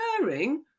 occurring